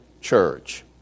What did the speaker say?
church